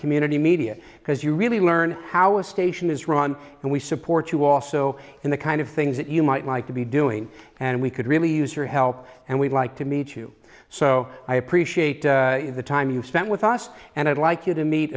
community media because you really learn how a station is run and we support you also in the kind of things that you might like to be doing and we could really use your help and we'd like to meet you so i appreciate the time you spent with us and i'd like you to meet